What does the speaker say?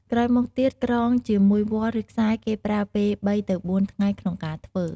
ក្រោយមកទៀតក្រងជាមួយវល្លិ៍ឬខ្សែគេប្រើពេល ៣ទៅ៤ ថ្ងៃក្នុងការធ្វើ។